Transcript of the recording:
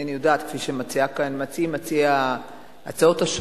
כפי שמציעים מציעי ההצעות,